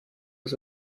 was